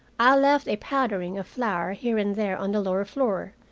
i left a powdering of flour here and there on the lower floor,